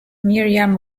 merriam